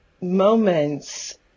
moments